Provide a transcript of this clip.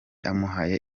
amuhaye